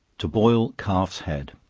to boil calf's head.